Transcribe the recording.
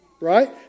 right